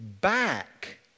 back